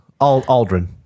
Aldrin